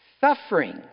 suffering